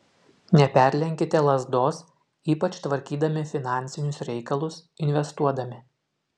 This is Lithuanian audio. neperlenkite lazdos ypač tvarkydami finansinius reikalus investuodami